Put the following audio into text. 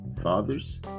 Fathers